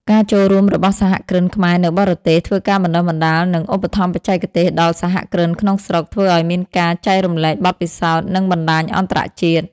ការចូលរួមរបស់សហគ្រិនខ្មែរនៅបរទេស ធ្វើការបណ្តុះបណ្តាលនិងឧបត្ថម្ភបច្ចេកទេសដល់សហគ្រិនក្នុងស្រុក ធ្វើឱ្យមានការចែករំលែកបទពិសោធន៍ និងបណ្ដាញអន្តរជាតិ។